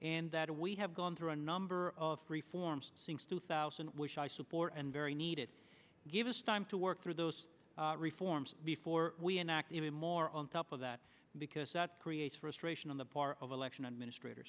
and that we have gone through a number of reforms since two thousand which i support and very needed give us time to work through those reforms before we enact even more on top of that because that creates frustration on the part of election administrator